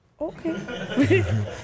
okay